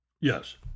Yes